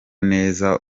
neza